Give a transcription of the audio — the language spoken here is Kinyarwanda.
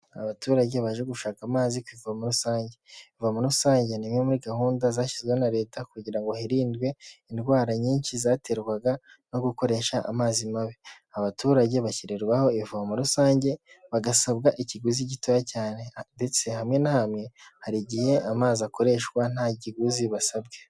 Abaturage baje gushaka amazi ku ivomo muri rusange, ivomo rusange ni imwe muri gahunda zashyizweho na leta kugira ngo hirindwe indwara nyinshi zaterwaga no gukoresha amazi mabi, abaturage bashyirirwaho ivomo rusange bagasabwa ikiguzi gitoya cyane ndetse hamwe na hamwe hari igihe amazi akoreshwa ntakiguzi basabwe.